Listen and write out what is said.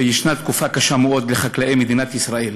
תקופה קשה מאוד לחקלאי מדינת ישראל.